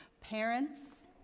Parents